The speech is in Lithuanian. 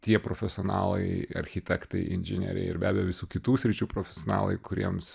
tie profesionalai architektai inžinieriai ir be abejo visų kitų sričių profesionalai kuriems